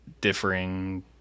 differing